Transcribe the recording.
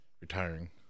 retiring